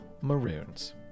Maroons